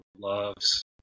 loves